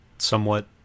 somewhat